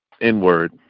inward